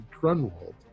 Grunwald